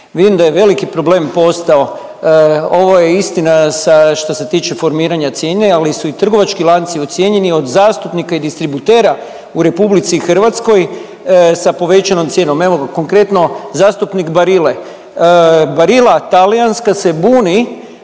vidim da je veliki problem postao, ovo je istina sa, što se tiče formiranja cijene, ali su i trgovački lanci ucijenjeni od zastupnika i distributera u RH sa povećanom cijenom, evo, konkretno, zastupnik Barille, Barilla talijanska se buni